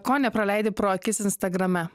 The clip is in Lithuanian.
ko nepraleidi pro akis instagrame